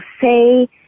say